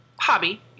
hobby